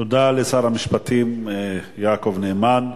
תודה לשר המשפטים יעקב נאמן.